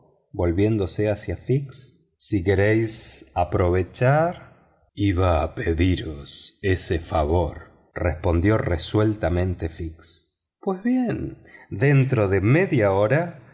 volviéndose hacia fix si queréis aprovechar iba a pediros ese favor respondió resueltamente fix pues bien dentro de media hora